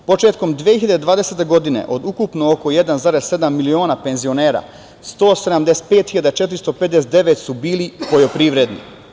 Početkom 2020. godine od ukupno 1,7 miliona penzionera 175 hiljada 459 su bili poljoprivredni.